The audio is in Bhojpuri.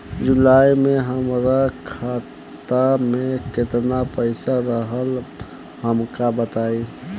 जुलाई में हमरा खाता में केतना पईसा रहल हमका बताई?